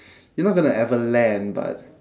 you're not gonna ever land but